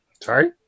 Sorry